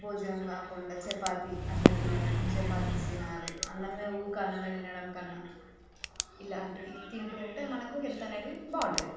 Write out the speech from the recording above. భోజనం కాకుండా చపాతి అట్లా తినడం చపాతి తినాలి అన్నం ఊరికే అన్నం తినడం కన్నా ఇలాంటివి తింటు ఉంటే మనకి హెల్త్ అనేది బాగుంటుంది